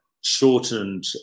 shortened